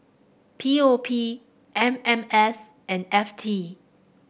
P O P M M S and F T